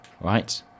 Right